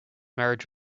marriage